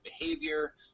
behavior